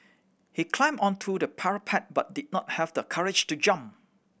he climbed onto the parapet but did not have the courage to jump